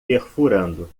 perfurando